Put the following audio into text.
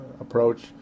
approach